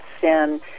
sin